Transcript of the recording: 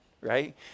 right